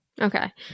Okay